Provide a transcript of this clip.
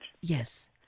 Yes